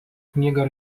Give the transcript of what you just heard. knygą